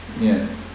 Yes